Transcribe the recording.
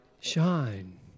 shine